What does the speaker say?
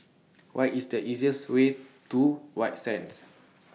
What IS The easiest Way to White Sands